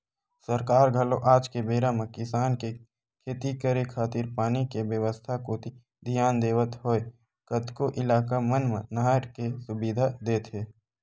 सरकार घलो आज के बेरा म किसान के खेती करे खातिर पानी के बेवस्था कोती धियान देवत होय कतको इलाका मन म नहर के सुबिधा देत हे